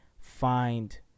find